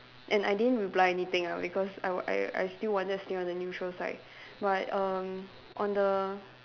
and I didn't reply anything ah because I was I I still wanted to stay on the neutral side but erm on the